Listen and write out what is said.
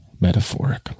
metaphoric